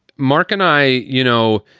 mark and i, you know,